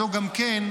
זו גם כן",